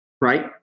right